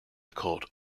called